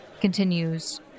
continues